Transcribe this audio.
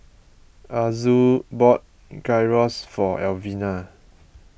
Azul bought Gyros for Elvina